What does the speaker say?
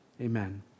Amen